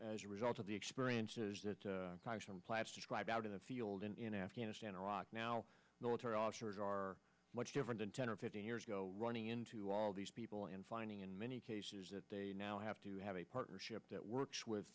as a result of the experiences that plastic live out in the field and in afghanistan iraq now military officers are much different than ten or fifteen years ago running into all these people and finding in many cases that they now have to have a partnership that works with